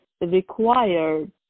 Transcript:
required